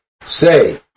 say